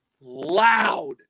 loud